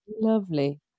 lovely